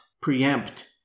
preempt